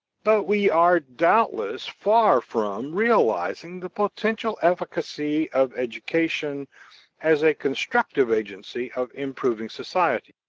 but we are doubtless far from realizing the potential efficacy of education as a constructive agency of improving society,